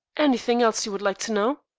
anything else you would like to know?